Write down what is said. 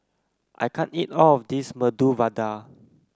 I can't eat all of this Medu Vada